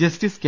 justice K